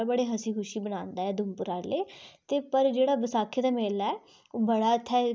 पर जेह्ड़ा बैसाखी दा मेला ऐ बड़ा इत्थै खास मन्नेआ जंदा इत्थें मेला बी लगदा